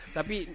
Tapi